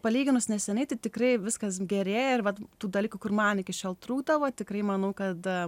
palyginus neseniai tai tikrai viskas gerėja ir vat tų dalykų kur man iki šiol trūkdavo tikrai manau kad